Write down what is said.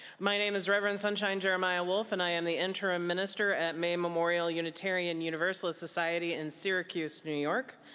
my name is reverend sunshine jeremiah wolf and i am the interim minister at may memorial unitarian universalist society in syracuse, new york.